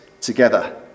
together